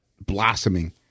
blossoming